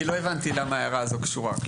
כי לא הבנתי למה ההערה הזו קשורה.